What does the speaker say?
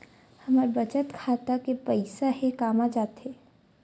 हमर बचत खाता के पईसा हे कामा जाथे?